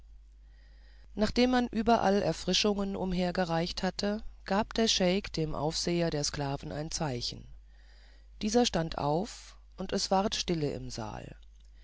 nachdem man überall erfrischungen umhergereicht hatte gab der scheik dem aufseher der sklaven ein zeichen dieser stand auf und es ward tiefe stille im saal